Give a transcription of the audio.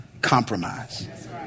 compromise